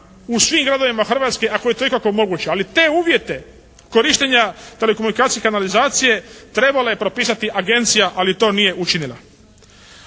u svim gradovima Hrvatske ako je to ikako moguće. Ali, te uvjete korištenja telekomunikacijske kanalizacije trebala je propisati agencija ali, to nije učinila.